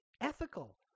Ethical